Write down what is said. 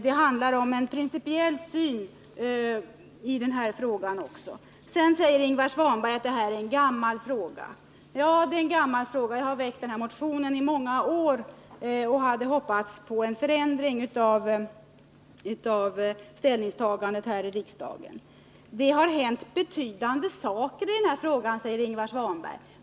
Det handlar om en principiell syn på den här frågan också. Ingvar Svanberg säger att detta är en gammal fråga. Ja, det är en gammal fråga. Jag har väckt den här motionen under många år och hade hoppats på en förändring av ställningstagandet här i riksdagen. Det har hänt betydande saker på området, säger Ingvar Svanberg.